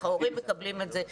איך ההורים מקבלים את זה,